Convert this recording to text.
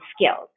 skills